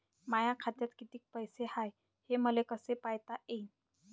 माया खात्यात कितीक पैसे हाय, हे मले कस पायता येईन?